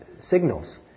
signals